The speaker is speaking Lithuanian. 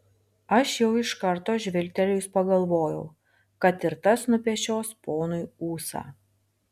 aš jau iš karto žvilgterėjus pagalvojau kad ir tas nupešios ponui ūsą